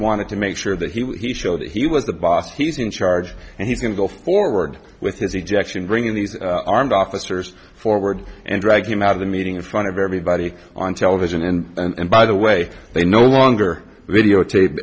wanted to make sure that he showed that he was the boss he's in charge and he's going to go forward with this he actually bringing these armed officers forward and drag him out of the meeting in front of everybody on television and by the way they no longer videotape